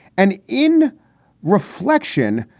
and in reflection,